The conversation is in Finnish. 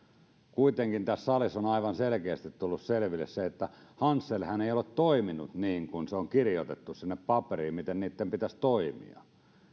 kuitenkin tässä salissa on aivan selkeästi tullut selville se että hanselhan ei ole toiminut niin kuin se on kirjoitettu sinne paperiin miten niitten pitäisi toimia